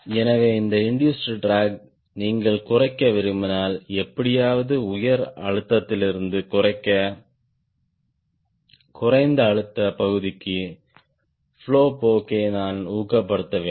எனவே இந்த induced drag நீங்கள் குறைக்க விரும்பினால் எப்படியாவது உயர் அழுத்தத்திலிருந்து குறைந்த அழுத்த பகுதிக்கு பிளோ போக்கை நான் ஊக்கப்படுத்த வேண்டும்